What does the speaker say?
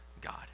God